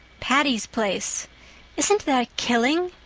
patty's place isn't that killing?